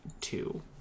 two